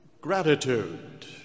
Gratitude